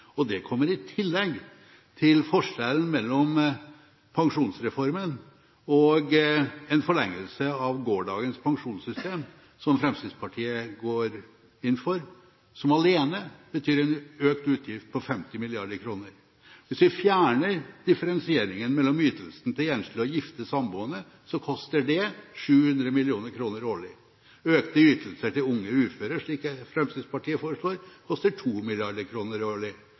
og det kommer i tillegg til forskjellen mellom pensjonsreformen og en forlengelse av gårsdagens pensjonssystem, som Fremskrittspartiet går inn for, som alene betyr en økt utgift på 50 mrd. kr. Hvis vi fjerner differensieringen mellom ytelsen til enslige og gifte samboende, koster det 700 mill. kr årlig. Økte ytelser til unge uføre, slik Fremskrittspartiet foreslår, koster 2 mrd. kr årlig.